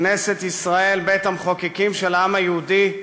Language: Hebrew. כנסת ישראל, בית-המחוקקים של העם היהודי,